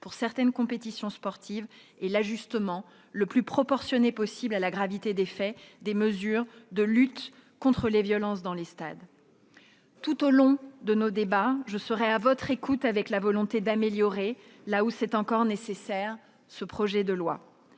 pour certaines compétitions sportives, ou encore l'ajustement le plus proportionné possible à la gravité des faits des mesures de lutte contre les violences dans les stades. Tout au long de nos débats, je serai à votre écoute, avec la volonté d'améliorer ce projet de loi